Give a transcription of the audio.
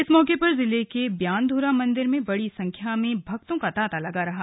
इस मौके पर जिले के ब्यानधुरा मंदिर में बड़ी संख्या में भक्तों का तांता लगा रहा